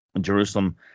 Jerusalem